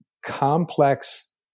complex